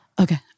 okay